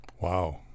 Wow